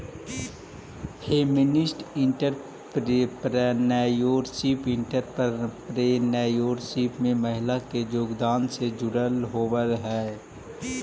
feminist entrepreneurship entrepreneurship में महिला के योगदान से जुड़ल होवऽ हई